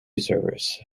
service